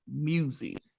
music